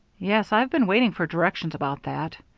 yes, i've been waiting for directions about that.